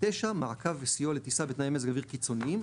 מעקב וסיוע לטיסה בתנאי מזג אוויר קיצוניים,